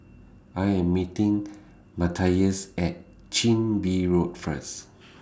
I Am meeting Mathias At Chin Bee Road First